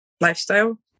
lifestyle